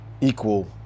equal